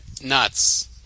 nuts